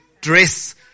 dress